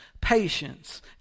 patience